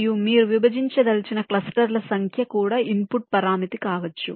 మరియు మీరు విభజించదలిచిన క్లస్టర్ల సంఖ్య కూడా ఇన్పుట్ పరామితి కావచ్చు